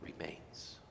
remains